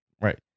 Right